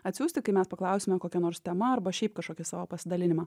atsiųsti kai mes paklausiame kokia nors tema arba šiaip kažkokį savo pasidalinimą